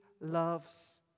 loves